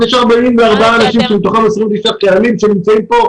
יש 44 אנשים מתוכם 29 חיילים שנמצאים כאן,